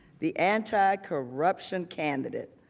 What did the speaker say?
the anticorruption candidate,